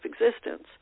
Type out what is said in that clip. existence